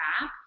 app